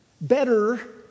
better